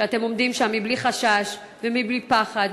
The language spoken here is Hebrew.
כשאתם עומדים שם בלי חשש ובלי פחד,